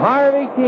Harvey